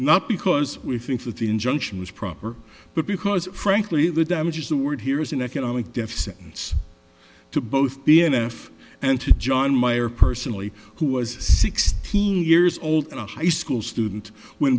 not because we think that the injunction was proper but because frankly the damages the word here is an economic deaf sentence to both b n f and to john meyer personally who was sixteen years old and a high school student w